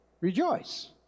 rejoice